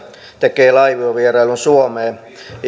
tekee laivuevierailun suomeen ja